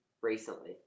recently